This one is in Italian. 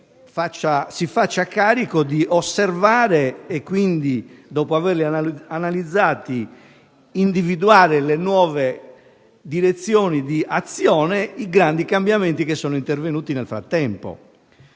si faccia carico di osservare, analizzare e quindi, su tali basi, individuare le nuove direzioni di azione, i grandi cambiamenti che sono intervenuti nel frattempo.